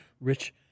Rich